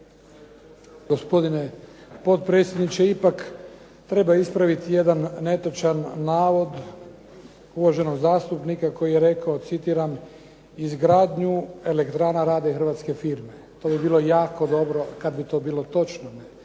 Gospodine potpredsjedniče, ipak treba ispraviti jedan netočan navod uvaženog zastupnika koji je rekao, citiram: "Izgradnju elektrana rade hrvatske firme." To bi bilo jako dobro kad bi to bilo točno.